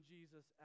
Jesus